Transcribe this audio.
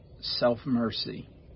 self-mercy